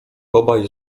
obaj